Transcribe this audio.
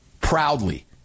proudly